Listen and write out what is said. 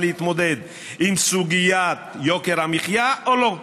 להתמודד עם סוגיית יוקר המחיה או לא.